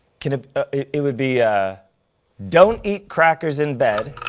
can it it would be, ah don't eat crackers in bed,